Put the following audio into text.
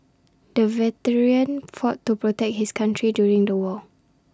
the veteran fought to protect his country during the war